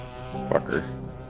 Fucker